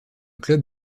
club